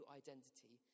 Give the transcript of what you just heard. identity